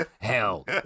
Hell